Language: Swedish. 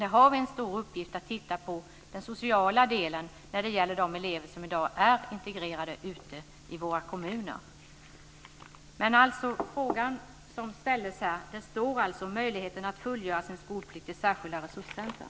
Vi har en stor uppgift att titta på den sociala delen när det gäller de elever som i dag är integrerade ute i våra kommuner. Det finns alltså möjlighet att fullgöra sin skolplikt i särskilda resurscenter.